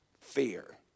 Fear